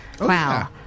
Wow